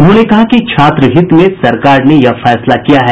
उन्होंने कहा कि छात्रहित में सरकार ने यह फैसला किया है